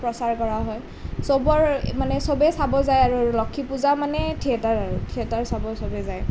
প্ৰচাৰ কৰা হয় চবৰ মানে চবে চাব যায় আৰু লক্ষী পূজা মানেই থিয়েটাৰ আৰু থিয়েটাৰ চাব চবেই যায়